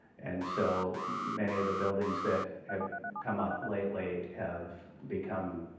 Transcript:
and so many of the buildings that have come up lately have become,